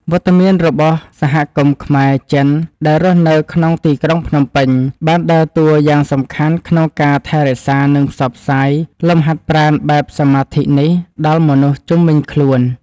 វត្តមានរបស់សហគមន៍ខ្មែរ-ចិនដែលរស់នៅក្នុងទីក្រុងភ្នំពេញ បានដើរតួយ៉ាងសំខាន់ក្នុងការថែរក្សា និងផ្សព្វផ្សាយលំហាត់ប្រាណបែបសមាធិនេះដល់មនុស្សជុំវិញខ្លួន។